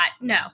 No